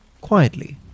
quietly